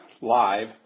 live